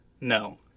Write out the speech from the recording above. No